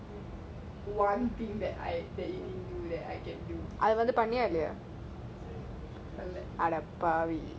one thing that I that you didn't do that I can do